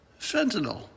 fentanyl